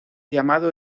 llamado